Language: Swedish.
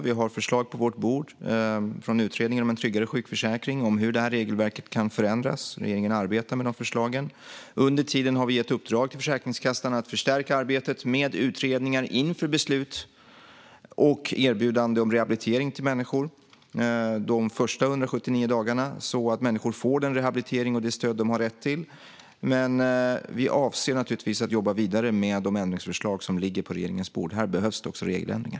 Vi har förslag på vårt bord från utredningen om en tryggare sjukförsäkring om hur regelverket kan förändras. Regeringen arbetar med de förslagen. Under tiden har vi gett uppdrag till Försäkringskassan att förstärka arbetet med utredningar inför beslut och erbjudande om rehabilitering till människor de första 179 dagarna så att människor får den rehabilitering och det stöd de har rätt till. Vi avser naturligtvis att jobba vidare med de ändringsförslag som ligger på regeringens bord. Här behövs det också regeländringar.